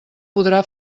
podrà